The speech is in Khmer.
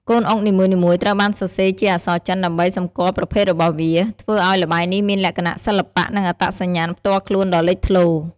កូនអុកនីមួយៗត្រូវបានសរសេរជាអក្សរចិនដើម្បីសម្គាល់ប្រភេទរបស់វា ធ្វើឱ្យល្បែងនេះមានលក្ខណៈសិល្បៈ និងអត្តសញ្ញាណផ្ទាល់ខ្លួនដ៏លេចធ្លោ។